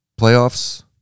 playoffs